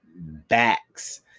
backs